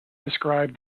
described